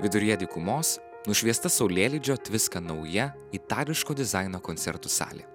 viduryje dykumos nušviesta saulėlydžio tviska nauja itališko dizaino koncertų salė